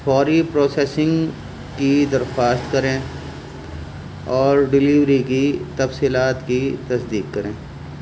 فوری پروسیسنگ کی درخواست کریں اور ڈیلیوری کی تفصیلات کی تصدیق کریں